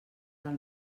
del